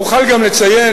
אוכל גם לציין,